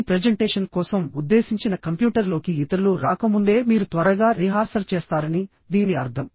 మీ presentation కోసం ఉద్దేశించిన కంప్యూటర్లోకి ఇతరులు రాకముందే మీరు త్వరగా రిహార్సల్ చేస్తారని దీని అర్థం